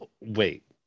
Wait